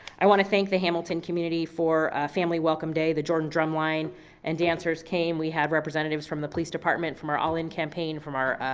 i wanna thank the hamilton community for family welcome day, the jordan drumline and dancers came, we have representatives from the police department, from our all in campaign, from